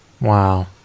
Wow